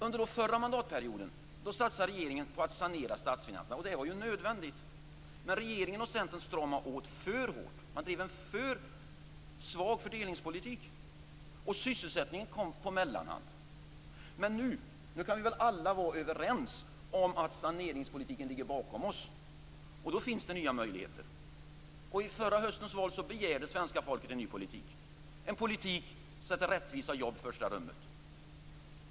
Under förra mandatperioden satsade regeringen på att sanera statsfinanserna. Det var nödvändigt. Men regeringen och Centern stramade åt för hårt och drev en för svag fördelningspolitik. Sysselsättningen kom på mellanhand. Men nu kan vi väl vara överens om att saneringspolitiken ligger bakom oss, och då finns det nya möjligheter. I höstens val begärde också svenska folket en ny politik, en politik som sätter rättvisan och jobben i första rummet.